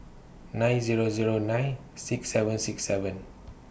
nine Zero Zero nine six seven six seven